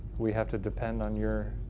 we have to depend on your.